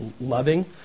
loving